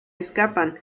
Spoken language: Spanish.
escapan